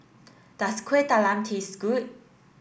does Kueh Talam taste good